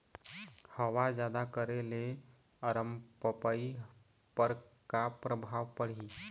हवा जादा करे ले अरमपपई पर का परभाव पड़िही?